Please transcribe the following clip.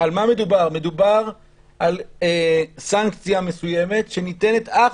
אבל לאזרח הפשוט הוא לא